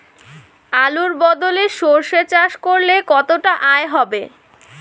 আলুর বদলে সরষে চাষ করলে কতটা আয় হবে?